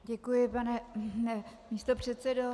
Děkuji, pane místopředsedo.